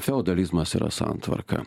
feodalizmas yra santvarka